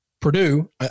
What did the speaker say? Purdue